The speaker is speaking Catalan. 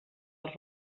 als